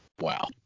Wow